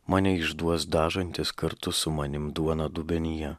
mane išduos dažantis kartu su manim duoną dubenyje